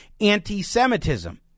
anti-Semitism